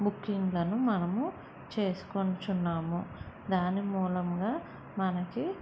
బుకింగ్లను మనము చేసుకొనుచున్నాము దాని మూలంగా మనకి